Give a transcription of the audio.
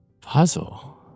puzzle